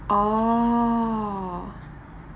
oh